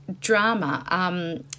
drama